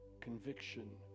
Conviction